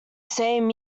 same